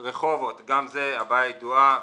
רחובות, גם זה הבעיה ידועה ומטופלת.